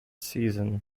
season